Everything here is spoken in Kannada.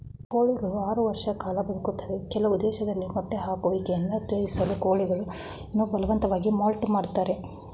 ಕೋಳಿಗಳು ಆರು ವರ್ಷ ಕಾಲ ಬದುಕ್ತವೆ ಕೆಲವು ದೇಶದಲ್ಲಿ ಮೊಟ್ಟೆ ಹಾಕುವಿಕೆನ ಉತ್ತೇಜಿಸಲು ಕೋಳಿಗಳನ್ನು ಬಲವಂತವಾಗಿ ಮೌಲ್ಟ್ ಮಾಡ್ತರೆ